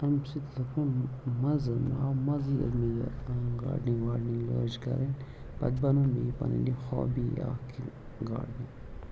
اَمہِ سۭتۍ لوٚگ مےٚ مَزٕ مےٚ آو مَزٕ ییٚلہِ مےٚ یہِ گارڈنِنٛگ واڈنِنٛگ لٲج کَرٕنۍ پَتہٕ بَنوٗو مےٚ یہِ پَنٕنۍ یہِ ہابی اَکھ یہِ گارڈنِنٛگ